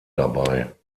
dabei